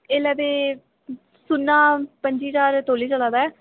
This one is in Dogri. एल्लै ते सुन्ना पंजी ज्हार तोले चला दा